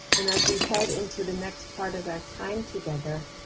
and as we head into the next part of our time together,